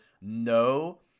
no